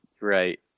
right